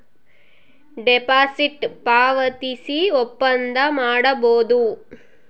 deposit ಪಾವತಿಸಿ ಒಪ್ಪಂದ ಮಾಡಬೋದು